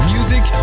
Music